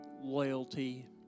loyalty